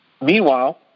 meanwhile